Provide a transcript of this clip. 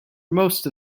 most